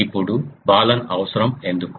ఇప్పుడు బాలన్ అవసరం ఎందుకు